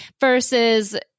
versus